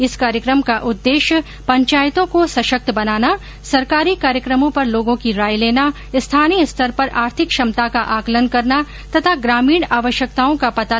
इस कार्यक्रम का उद्देश्य पंचायतों को सशक्त बनाना सरकारी कार्यक्रमों पर लोगों की राय लेना स्थानीय स्तर पर आर्थिक क्षमता का आकलन करना तथा ग्रामीण आवश्कयताओं का पता लगाना है